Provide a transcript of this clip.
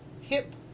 hip